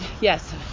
Yes